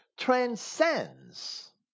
Transcends